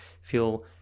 feel